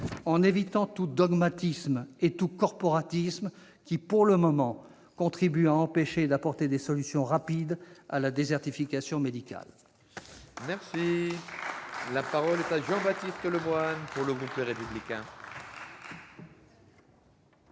en évitant tout dogmatisme ou tout corporatisme qui, pour le moment, contribue à empêcher d'apporter des solutions rapides à la désertification médicale. La parole est à M. Jean-Baptiste Lemoyne, pour le groupe Les Républicains.